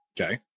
Okay